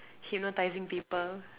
hypnotising people